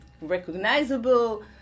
recognizable